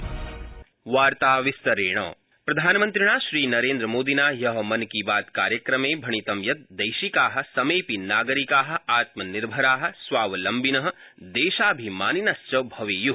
मन की बात प्रधानमन्त्रिणा श्रीनरेन्द्रमोदिना ह्य मन की बात कार्यक्रमे भणितं यत् दैशिका समेऽपि नागरिका आत्मनिर्भरा स्वावलम्बिन देशाभिमानिनश्च भवेय्